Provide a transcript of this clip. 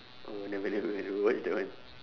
oh I never never I never watch that one